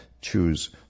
choose